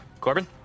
Corbin